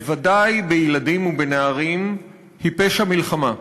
בוודאי בילדים ובנערים, היא פשע מלחמה.